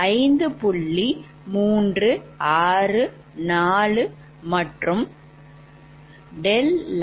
364 மற்றும் ∆ʎ28